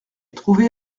trouvé